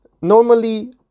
normally